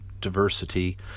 diversity